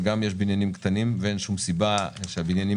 וגם יש בניינים קטנים ואין שום סיבה שהבניינים